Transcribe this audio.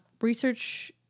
Research